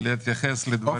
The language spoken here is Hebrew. להתייחס לדברים.